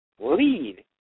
lead